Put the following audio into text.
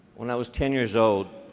when i was ten years old,